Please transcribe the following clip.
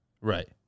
Right